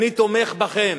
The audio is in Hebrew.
אני תומך בכם.